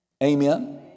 Amen